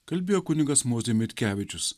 kalbėjo kunigas mozė mitkevičius